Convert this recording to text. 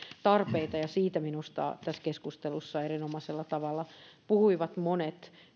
tarpeita siitä minusta tässä keskustelussa erinomaisella tavalla puhuivat monet